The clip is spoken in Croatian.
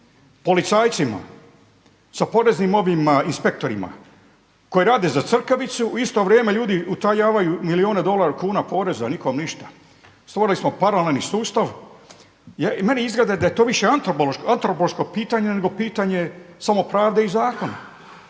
policajcima, sa poreznim ovim inspektorima koji rade za crkavicu. U isto vrijeme ljudi utajavaju milijune kuna poreza, nikom ništa. Stvorili smo paralelni sustav. Meni izgleda da je to više antropološko pitanje nego pitanje samo pravde i zakona.